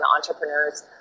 entrepreneur's